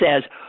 says